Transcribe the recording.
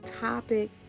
topic